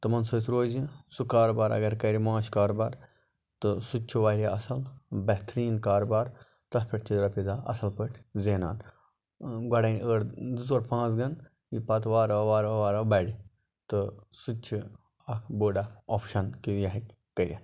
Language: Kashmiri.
تِمن سۭتۍ روزِ سُہ کاربار اگر کَرٕ ماچھ کاربار تہٕ سُہ تہِ چھُ واریاہ اصل بہتریٖن کاربار تتھ پیٚٹھ تہِ چھِ رۄپیہِ داہ اصل پٲٹھۍ زینان گۄڈے ٲڑ زٕ ژور پانٛژھ گَن یہِ پَتہٕ وار وار وار وار وار وار بَڑِ تہٕ سُہ تہِ چھُ اکھ بوٚڑ اکھ آفشَن کہِ یہِ ہیٚکہِ کٔرِتھ